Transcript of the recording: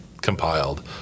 compiled